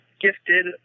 gifted